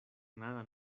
nada